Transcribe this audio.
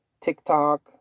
TikTok